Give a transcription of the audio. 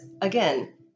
again